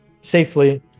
safely